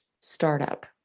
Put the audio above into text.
startup